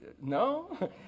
no